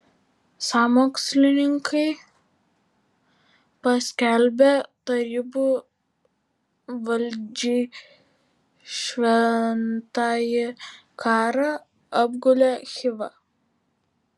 sąmokslininkai paskelbę tarybų valdžiai šventąjį karą apgulė chivą